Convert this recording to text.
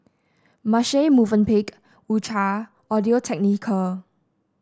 Marche Movenpick U Cha Audio Technica